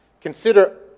Consider